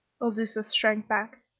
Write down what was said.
il duca shrank back,